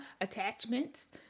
attachments